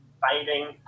fighting